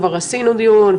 כבר עשינו דיון,